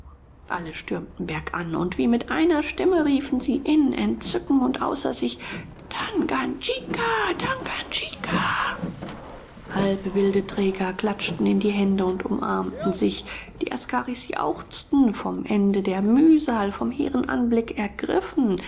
alle stürmten bergan und wie mit einer stimme riefen sie in entzücken und außer sich tanganjika tanganjika halbwilde träger klatschten in die hände und umarmten sich die askaris jauchzten vom ende der mühsal vom hehren anblick ergriffen